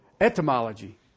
Etymology